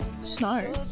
Snow